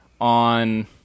On